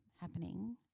happening